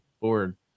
board